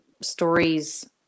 stories